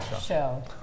show